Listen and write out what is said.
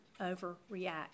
overreact